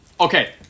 okay